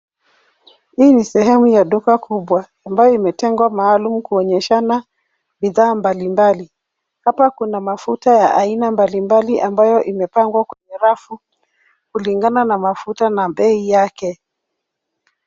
Hii ni sehemu ya duka kubwa ambayo imetengwa maalum kuonyeshana bidhaa mbalimbali. Hapa kuna mafuta ya aina mbalimbali ambayo imepangwa kwenye rafu kulingana na mafuta na bei yake.